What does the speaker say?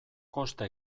kosta